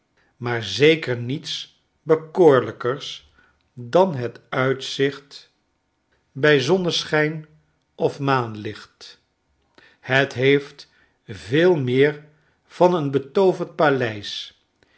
maar zeker niets bekoorlijkers dan het uitzicht bij zonneschijn of maanlicht het heeft veel meer van een betooverd paleis